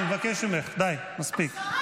אני מבקש ממך, די, מספיק.